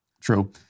true